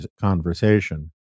conversation